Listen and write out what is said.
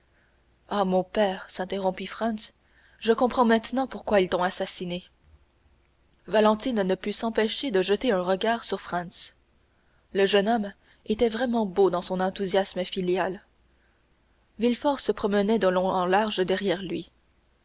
ah mon père dit franz s'interrompant je comprends maintenant pourquoi ils t'ont assassiné valentine ne put s'empêcher de jeter un regard sur franz le jeune homme était vraiment beau dans son enthousiasme filial villefort se promenait de long en large derrière lui